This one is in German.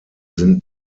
sind